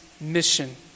mission